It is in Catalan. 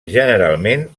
generalment